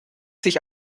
sich